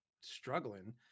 struggling